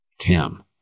Tim